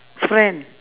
friend